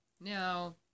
Now